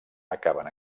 acaben